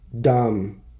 dumb